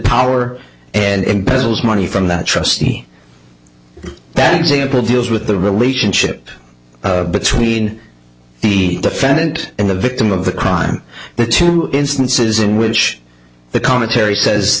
power and embezzles money from that trustee that example deals with the relationship between the defendant and the victim of the crime the two instances in which the commentary says